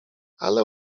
ale